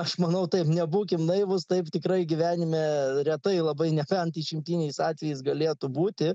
aš manau taip nebūkim naivūs taip tikrai gyvenime retai labai nebent išimtiniais atvejais galėtų būti